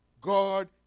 God